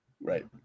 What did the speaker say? right